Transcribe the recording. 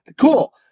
Cool